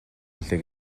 билээ